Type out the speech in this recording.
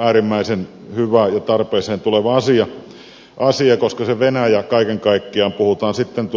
äärimmäisen hyvä ja tarpeeseen tuleva asia koska se venäjä kaiken kaikkiaan puhutaan sitten